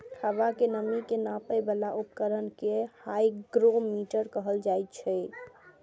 हवा के नमी के नापै बला उपकरण कें हाइग्रोमीटर कहल जाइ छै